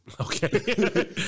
Okay